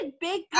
big